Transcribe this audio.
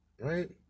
right